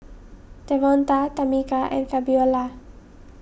Devonta Tamica and Fabiola